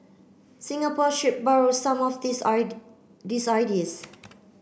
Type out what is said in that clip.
Singapore should borrow some of these these ideas